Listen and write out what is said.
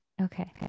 Okay